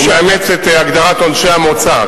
הוא מאמץ את הגדרת עונשי המוצא,